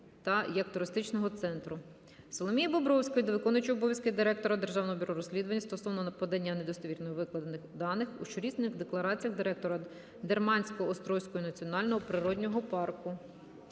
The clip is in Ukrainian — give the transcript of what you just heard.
Соломії Бобровської до виконувача обов'язків Директора Державного бюро розслідувань стосовно подання недостовірно викладених даних у щорічних деклараціях директора Дермансько-Острозького національного природного парку.